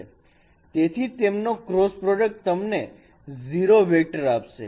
તેથી તેમનો cross product તમને 0 વેક્ટર આપશે